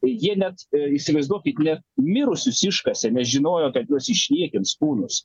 jie net įsivaizduokit ne mirusius iškasė nes žinojo kad juos išniekins kūnus